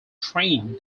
train